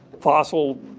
fossil